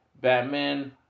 Batman